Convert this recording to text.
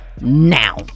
now